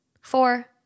Four